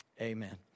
amen